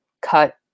cut